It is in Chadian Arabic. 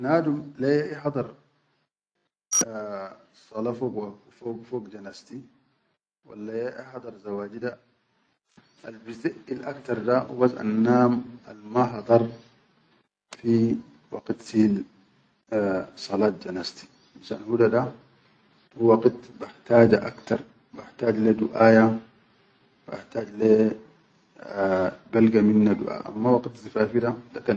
Nadum le ya hadir sala fog janazti walla ihadar izawaji da al-bizaʼil aktar hubas annam almahadaris waqit hil ssalat janazti fishan hudada hu waqit bahtaja aktar, bahtaaj le duaʼaya bahtaaj le aʼa balga minna duaʼa amma waqit zifafi.